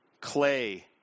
clay